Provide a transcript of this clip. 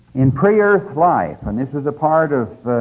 in pre-earth life, and this was a part of